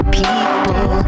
people